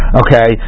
okay